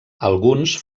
alguns